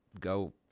go